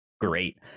great